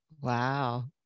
wow